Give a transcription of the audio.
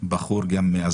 גם בחור מזרזיר,